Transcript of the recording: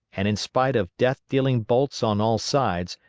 and in spite of death dealing bolts on all sides,